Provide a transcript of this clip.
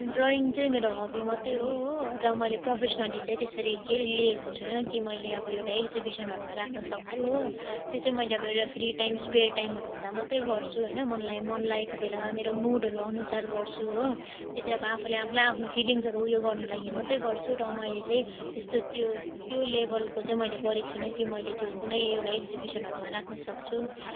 drawing चाहिँ मेरो hobby मात्र हो हो र मैले प्रोफेसनली चाहिँ त्यसरी केही लिएको छुइनँ कि मैले अब एउटा एक्जिबिसनहरूमा राख्नु सक्छु हो त्यो चाहिँ मैले अब एउटा फ्री टाइम स्पेर टाइमहरू हुँदा मात्र गर्छु होइन मनलाई मन लागेको बेलामा मेरो मुडहरू अनुसार गर्छु हो त्यो चाहिँ अब आफूले आफूलाई आफ्नो फिलिङ्ग्सहरू उयो गर्नु लागि मात्र गर्छु र मैले चाहिँ त्यस्तो त्यो त्यो लेबलको चाहिँ मैले गरेको छुइनँ कि मैले त्यो कुनै एउटा एक्जिबिसनहरूमा राख्न सक्छु